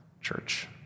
Church